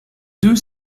deux